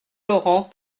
laurent